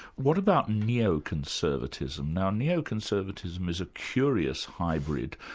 what about neo-conservatism? now neo-conservatism is a curious hybrid.